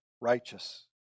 righteous